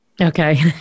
Okay